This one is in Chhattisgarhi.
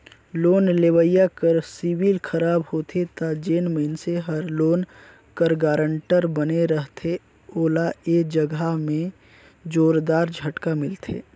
लोन लेवइया कर सिविल खराब होथे ता जेन मइनसे हर लोन कर गारंटर बने रहथे ओला ए जगहा में जोरदार झटका मिलथे